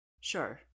Sure